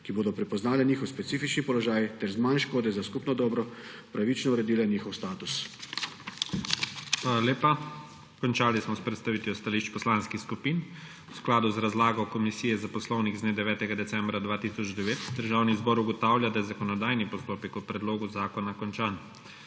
ki bodo prepoznale njihov specifični položaj ter z manj škode za skupno dobro pravično uredile njihov status. **PREDSEDNIK IGOR ZORČIČ:** Hvala lepa. Končali smo s predstavitvijo stališč poslanskih skupin. V skladu z razlago Komisije za poslovnik z dne 9. decembra 2009 Državni zbor ugotavlja, da je zakonodajni postopek o predlogu zakona končan.